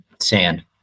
sand